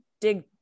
dig